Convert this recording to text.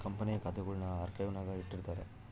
ಕಂಪನಿಯ ಖಾತೆಗುಳ್ನ ಆರ್ಕೈವ್ನಾಗ ಇಟ್ಟಿರ್ತಾರ